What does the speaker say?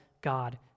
God